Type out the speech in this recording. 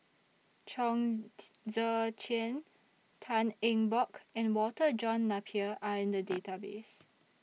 Chong Tze Chien Tan Eng Bock and Walter John Napier Are in The Database